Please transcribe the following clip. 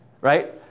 right